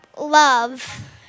love